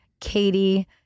Katie